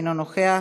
אינו נוכח,